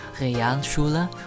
Realschule